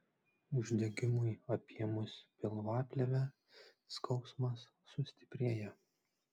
uždegimui apėmus pilvaplėvę skausmas sustiprėja